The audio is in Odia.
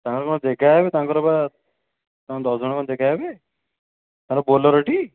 ତାଙ୍କର କ'ଣ ଯାଗା ହେବେ ତାଙ୍କର ବା ତାଙ୍କର ଦଶ ଜଣ କ'ଣ ଯାଗା ହେବେ ତାଙ୍କର ବୋଲେରୋ ଟି